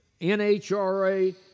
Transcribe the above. NHRA